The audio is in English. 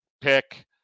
pick